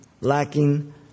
lacking